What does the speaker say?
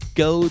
go